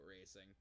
racing